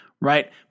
right